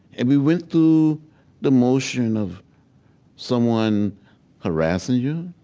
and we went through the motion of someone harassing you,